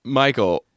michael